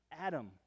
Adam